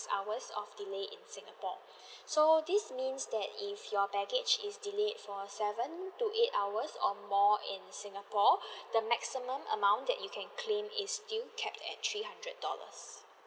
hours of delay in singapore so this means that if your baggage is delayed for seven to eight hours or more in singapore the maximum amount that you can claim is still capped at three hundred dollars